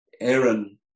Aaron